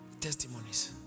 testimonies